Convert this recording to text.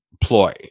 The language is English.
ploy